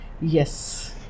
Yes